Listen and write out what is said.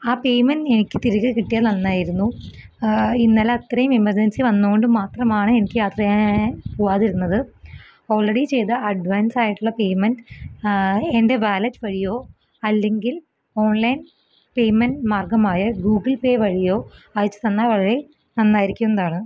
ആ പേയ്മെൻ്റ് എനിക്ക് തിരികെ കിട്ടിയാൽ നന്നായിരുന്നു ഇന്നലെ അത്രയും എമര്ജന്സി വന്നത് കൊണ്ട് മാത്രമാണ് എനിക്ക് യാത്ര പോവാതിരുന്നത് ഓള്റെഡി ചെയ്ത അഡ്വാന്സ് ആയിട്ടുള്ള പേമെൻ്റ് എന്റെ വാലറ്റ് വഴിയോ അല്ലെങ്കില് ഓണ്ലൈന് പേയ്മെൻ്റ് മാര്ഗമായ ഗൂഗിള് പേ വഴിയോ അയച്ചു തന്നാല് വളരെ നന്നായിരിക്കുന്നതാണ്